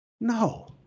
No